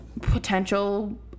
potential